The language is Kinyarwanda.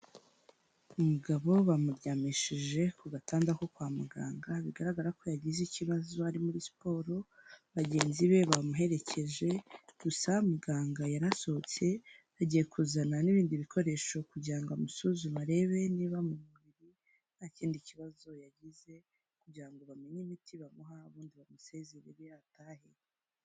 Umugabo bamuryamishije ku gatanda ko kwa muganga, bigarragara ko yagize ikibazo ari muri siporo . Byagenze bé bamuherekeje, gusa muganga Yaris asohotse agiye kuzana n' ibindi ibikoresho kugira ngo amusuzume arebe niba hari ikindi kibazo yagize amenye imiti bamuha maza bamusezerere atahe.